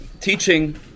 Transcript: teaching